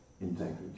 integrity